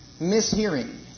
mishearing